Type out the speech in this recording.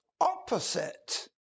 opposite